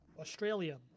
Australia